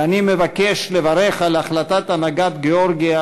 ואני מבקש לברך על החלטת הנהגת גאורגיה